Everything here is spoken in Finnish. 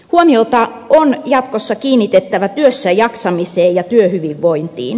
huomiota on jatkossa kiinnitettävä työssäjaksamiseen ja työhyvinvointiin